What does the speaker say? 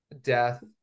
death